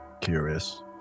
Curious